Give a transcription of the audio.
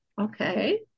Okay